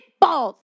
balls